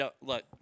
look